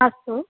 अस्तु